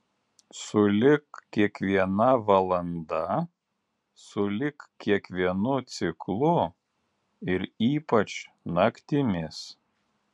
sulig kiekviena valanda sulig kiekvienu ciklu ir ypač naktimis